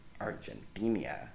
Argentina